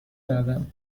کردم